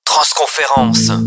Transconférence